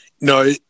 No